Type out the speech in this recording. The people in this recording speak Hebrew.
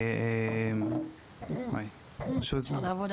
משרד העבודה